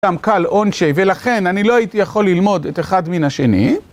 גם קל עונשי, ולכן אני לא הייתי יכול ללמוד את אחד מן השני.